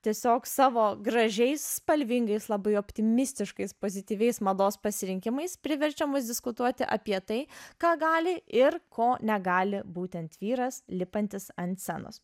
tiesiog savo gražiais spalvingais labai optimistiškais pozityviais mados pasirinkimais priverčia mus diskutuoti apie tai ką gali ir ko negali būtent vyras lipantis ant scenos